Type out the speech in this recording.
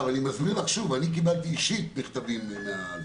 קיבלתי אישית מכתבים מהנציגים,